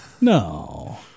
No